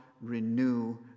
renew